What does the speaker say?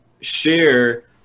share